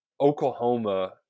Oklahoma